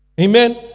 Amen